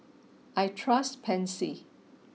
I trust Pansy